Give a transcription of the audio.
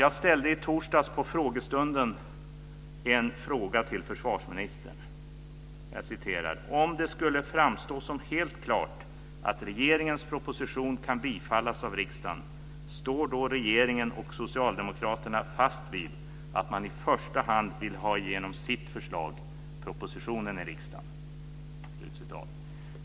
Jag ställde i torsdags på frågestunden en fråga till försvarsministern: "Om det skulle framstå som helt klart att regeringens proposition kan bifallas av riksdagen, står regeringen och socialdemokraterna då fast vid att man i första hand vill ha igenom sitt förslag, propositionen, i riksdagen?"